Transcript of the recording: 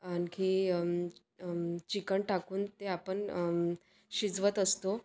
आणखी चिकण टाकून ते आपण शिजवत असतो